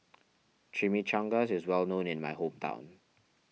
Chimichangas is well known in my hometown